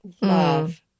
love